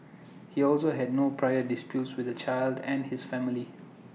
he also had no prior disputes with the child and his family